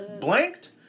blanked